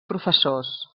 professors